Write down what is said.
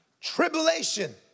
tribulation